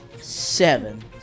Seven